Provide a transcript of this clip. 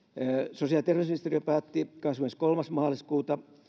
sosiaali ja terveysministeriö päätti kahdeskymmeneskolmas maaliskuuta